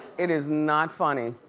it is not funny.